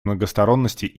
многосторонности